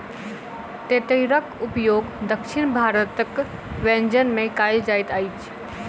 तेतैरक उपयोग दक्षिण भारतक व्यंजन में कयल जाइत अछि